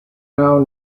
now